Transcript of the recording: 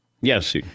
Yes